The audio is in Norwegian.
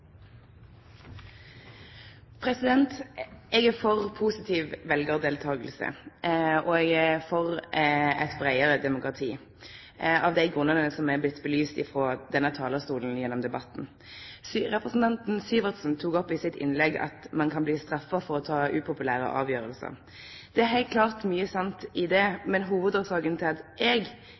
for eit breiare demokrati, av dei grunnane som er blitt belyste frå denne talarstolen gjennom debatten. Representanten Syversen tok i innlegget sitt opp det at ein kan bli straffa for å ta upopulære avgjerder. Det er heilt klart mykje sant i det, men hovudårsaka til at eg